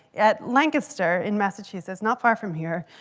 at lancaster in massachusetts not far from here,